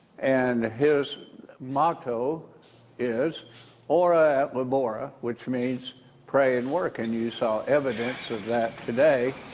and his motto is bora but bora which means pray and work and you saw evidence of that today.